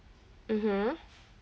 mmhmm